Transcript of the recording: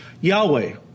Yahweh